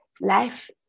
life